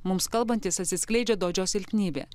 mums kalbantis atsiskleidžia dodžio silpnybė